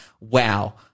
wow